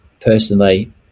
Personally